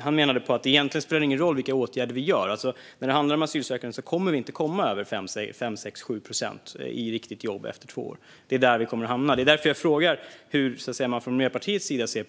Han menade på att det egentligen inte spelar någon roll vilka åtgärder vi vidtar. När det handlar om asylsökande kommer vi inte att komma över 5, 6, 7 procent i riktiga jobb efter två år. Det är där vi kommer att hamna. Det är därför jag frågar hur man ser på det från Miljöpartiets sida.